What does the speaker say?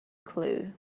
clue